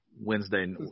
Wednesday